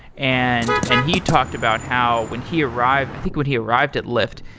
and and he talked about how, when he arrived i think when he arrived at lyft,